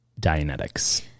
dianetics